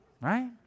Right